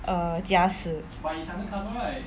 err 假死